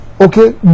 Okay